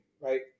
right